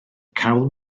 cawl